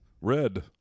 Red